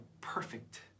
perfect